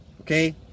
okay